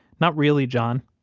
not really, john.